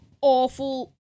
awful